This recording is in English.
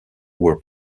were